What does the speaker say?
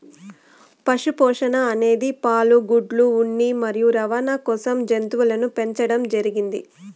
పశు పోషణ అనేది పాలు, గుడ్లు, ఉన్ని మరియు రవాణ కోసం జంతువులను పెంచండం జరిగింది